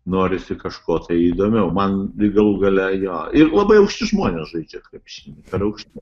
norisi kažko įdomiau man lyg galų gale jo ir labai aukšti žmonės žaidžia krepšinį per aukšti